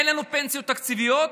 אין לנו פנסיות תקציביות.